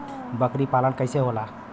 बकरी पालन कैसे होला?